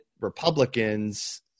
Republicans